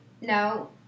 No